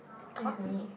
taught me